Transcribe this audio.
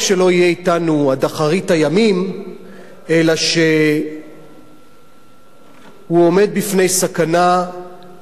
יהיה אתנו עד אחרית הימים אלא שהוא עומד בפני סכנה ממשית